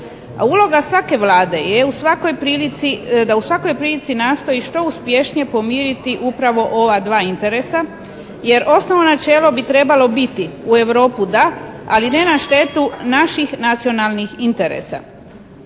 uloga svake Vlade je da u svakoj prilici nastoji što uspješnije pomiriti upravo ova dva interesa jer osnovno načelo bi trebalo biti u Europu da ali ne na štetu naših nacionalnih interesa.